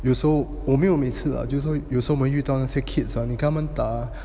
有时候我每次啊就是说有时候我们遇到那些 kids ah 你跟他们打啊